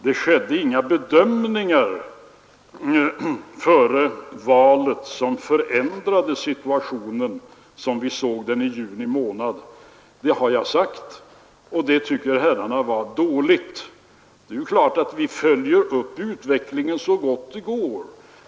Det skedde inga bedömningar före valet som förändrade situationen som vi såg den i juni månad. Det har jag sagt, och det tycker herrarna var dåligt. Vi följer utvecklingen så gott det går.